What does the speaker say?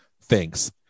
Thanks